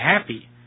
happy